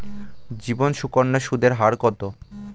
জীবন সুকন্যা সুদের হার কত?